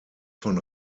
von